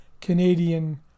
Canadian